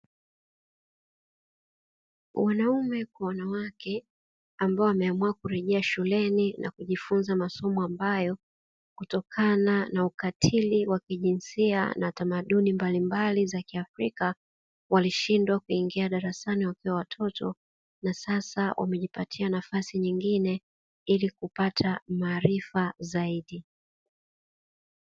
Wanaume kwa wanawake ambao wameamua kurejea shuleni na kujifunza masomo ambayo kutokana na ukatili wa kijinsia na tamaduni mbalimbali za kiafrika, walishindwa kuingia darasani wakiwa watoto na sasa wamejipatia nafasi nyingine ili kupata maarifa zaidi.